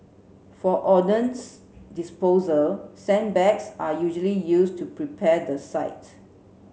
for ordnance disposal sandbags are usually used to prepare the site